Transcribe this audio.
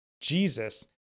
Jesus